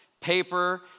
paper